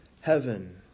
heaven